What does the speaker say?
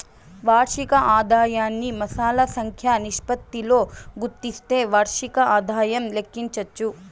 వార్షిక ఆదాయాన్ని మాసాల సంఖ్య నిష్పత్తితో గుస్తిస్తే వార్షిక ఆదాయం లెక్కించచ్చు